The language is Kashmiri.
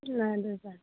اَدٕ حظ اَدٕ حظ